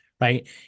right